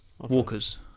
walkers